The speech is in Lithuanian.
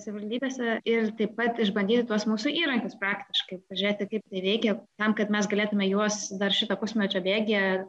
savivaldybėse ir taip pat išbandyti tuos mūsų įrankius praktiškai žiūrėti kaip jie veikia tam kad mes galėtume juos dar šito pusmečio bėgyje